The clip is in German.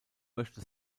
möchte